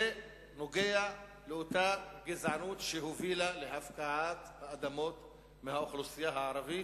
זה קשור לאותה גזענות שהובילה להפקעת האדמות מהאוכלוסייה הערבית,